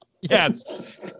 Yes